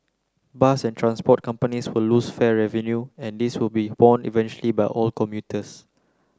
bus and transport companies will lose fare revenue and this will be borne eventually by all commuters